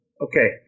Okay